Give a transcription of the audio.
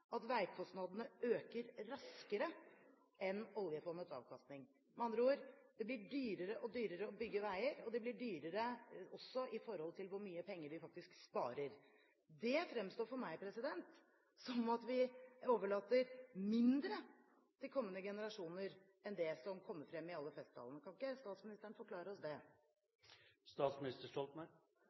at veikostnadene øker raskere enn oljefondets avkastning? Med andre ord: Det blir dyrere og dyrere å bygge veier, og det blir også dyrere i forhold til hvor mye penger vi faktisk sparer. Det fremstår for meg som om vi overlater mindre til kommende generasjoner enn det som kommer frem i alle festtalene. Kan ikke statsministeren forklare oss